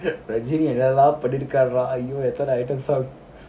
ரஜினிஎன்னென்னல்லாம்பண்ணிருக்காருடாஅய்யோஎத்தனை:rajini ennennanallam pannirukkaruda aiyoo etthanai items